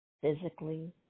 physically